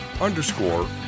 underscore